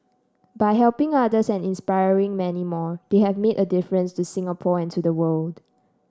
by helping others and inspiring many more they have made a difference to Singapore and to the world